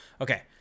Okay